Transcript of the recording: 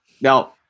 now